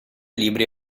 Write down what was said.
libri